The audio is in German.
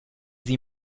sie